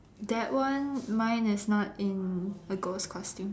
that one mine is not in the ghost costume